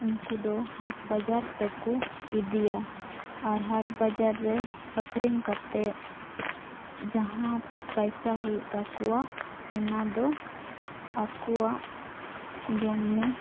ᱩᱱᱠᱩ ᱫᱚ ᱦᱟᱴ ᱵᱟᱡᱟᱨ ᱛᱮᱠᱚ ᱤᱫᱤᱭᱟ ᱟᱨ ᱦᱟᱴ ᱵᱟᱡᱟᱨ ᱨᱮ ᱟᱹᱠᱷᱨᱤᱧ ᱠᱟᱛᱮ ᱡᱟᱦᱟᱸ ᱯᱚᱭᱥᱟ ᱦᱩᱭᱩᱜ ᱛᱟᱠᱚᱣᱟ ᱚᱱᱟ ᱫᱚ ᱟᱠᱚᱣᱟᱜ ᱡᱚᱢᱼᱧᱩ